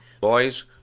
boys